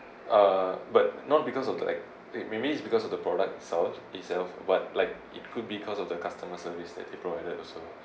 uh but not because of like it maybe it's because of the product sold itself but like it could because of the customer service that they provided also